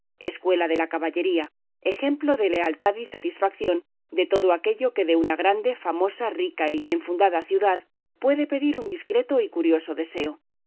escuela de la caballería ejemplo de lealtad y satisfación de todo aquello que de una grande famosa rica y bien fundada ciudad puede pedir un discreto y curioso deseo